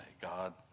God